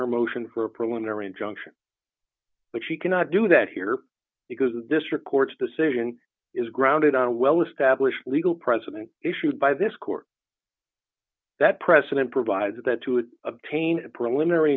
her motion for a preliminary injunction but she cannot do that here because the district court's decision is grounded on a well established legal president issued by this court that precedent provides that to obtain a preliminary